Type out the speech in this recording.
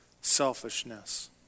selfishness